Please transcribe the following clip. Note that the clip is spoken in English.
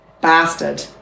bastard